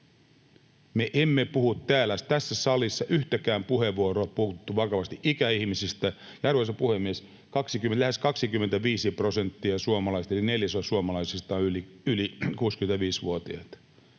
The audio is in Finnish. ei ole puhuttu yhtäkään puheenvuoroa vakavasti ikäihmisistä. Arvoisa puhemies, lähes 25 prosenttia suomalaisista, eli neljäsosa suomalaisista, on yli 65-vuotiaita.